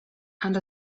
and